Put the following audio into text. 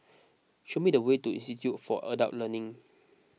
show me the way to Institute for Adult Learning